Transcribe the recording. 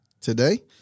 today